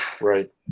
Right